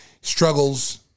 struggles